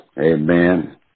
Amen